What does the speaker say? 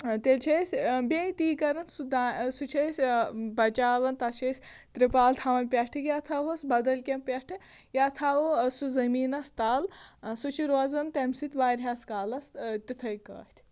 تیٚلہِ چھِ أسۍ بیٚیہِ تی کَران سُہ دا سُہ چھِ أسۍ بچاوان تَتھ چھِ أسۍ ترٛوپال تھاوان پٮ۪ٹھٕ یا تھاوُس بدل کیٚنٛہہ پٮ۪ٹھٕ یا تھاوَو سُہ زمیٖنَس تَل سُہ چھُ روزان تَمہِ سۭتۍ واریاہَس کالَس تِتھٕے پٲٹھۍ